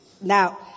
Now